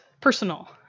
personal